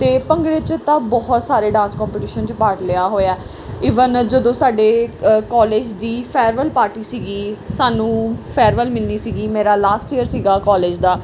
ਅਤੇ ਭੰਗੜੇ 'ਚ ਤਾਂ ਬਹੁਤ ਸਾਰੇ ਡਾਂਸ ਕੋਂਪੀਟੀਸ਼ਨ 'ਚ ਪਾਰਟ ਲਿਆ ਹੋਇਆ ਈਵਨ ਜਦੋਂ ਸਾਡੇ ਅ ਕੋਲਜ ਦੀ ਫੈਅਰਵਲ ਪਾਰਟੀ ਸੀਗੀ ਸਾਨੂੰ ਫੈਅਰਵਲ ਮਿਲਣੀ ਸੀਗੀ ਮੇਰਾ ਲਾਸਟ ਈਅਰ ਸੀਗਾ ਕੋਲਜ ਦਾ